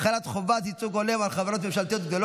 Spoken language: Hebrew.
אינה נוכחת, חברת הכנסת דבי ביטון,